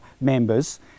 members